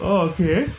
oh okay